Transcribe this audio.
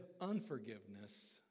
unforgiveness